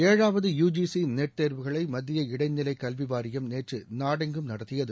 ஏழாவது UGC NET தேர்வுகளை மத்திய இடைநிலை கல்விவாரியம் நேற்று நாடெங்கும் நடத்தியது